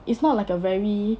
it's not like a very